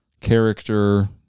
character